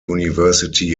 university